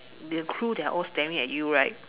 the crew they are all staring at you right